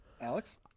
Alex